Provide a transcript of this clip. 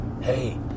Hey